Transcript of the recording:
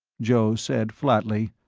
joe said flatly,